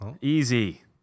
easy